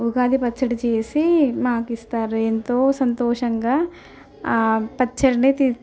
ఉగాది పచ్చడి చేసి మాకు ఇస్తారు ఎంతో సంతోషంగా పచ్చడిని తీ